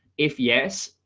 if yes,